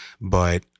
But-